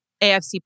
AFC